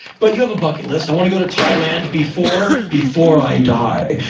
but you have a bucket list. i want to go to thailand before. before i die.